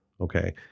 Okay